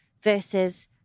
versus